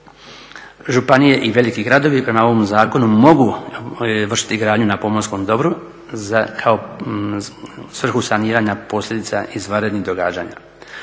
županije i veliki gradovi prema ovom zakonu mogu vršiti gradnju na pomorskom dobru u svrhu saniranja posljedica izvanrednih događanja.